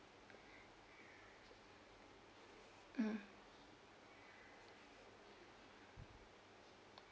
mm